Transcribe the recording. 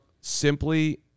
simply